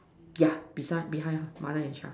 yeah beside behind mother and child